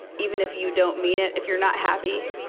even if you don't mean it, if you're not happy,